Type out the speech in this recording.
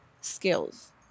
skills